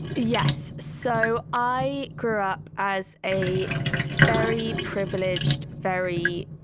yes. so i grew up as a very privileged, very,